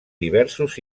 diversos